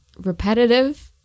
repetitive